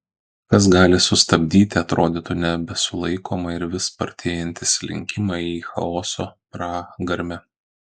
kas gali sustabdyti atrodytų nebesulaikomą ir vis spartėjantį slinkimą į chaoso pragarmę